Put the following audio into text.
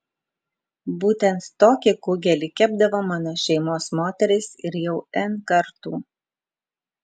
būtent tokį kugelį kepdavo mano šeimos moterys ir jau n kartų